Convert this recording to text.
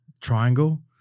triangle